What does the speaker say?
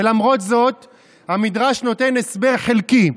ולמרות זאת המדרש נותן הסבר חלקי: